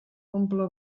omple